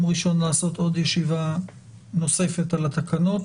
ראשון לעשות עוד ישיבה נוספת על התקנות,